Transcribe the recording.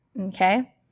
Okay